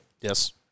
Yes